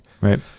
Right